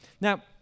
Now